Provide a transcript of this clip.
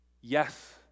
Yes